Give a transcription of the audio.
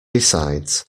besides